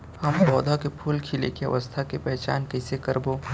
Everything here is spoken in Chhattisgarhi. हम पौधा मे फूल खिले के अवस्था के पहिचान कईसे करबो